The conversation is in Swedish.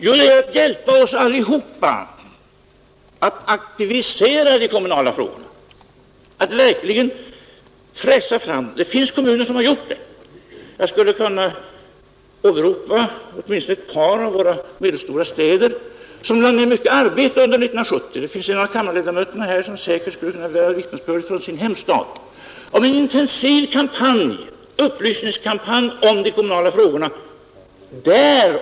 Jo, det är att hjälpa oss alla att aktivisera de kommunala frågorna, att verkligen pressa fram dem. Det finns kommuner som har gjort det. Jag skulle kunna åberopa åtminstone ett par medelstora städer som lade ner mycket arbete under 1970. Det finns en av kammarledarmöterna som skulle kunna bära vittnesbörd från sin hemstad om en intensiv upplysningskampanj beträffande de kommunala frågorna.